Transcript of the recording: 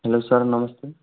hello sir नमस्ते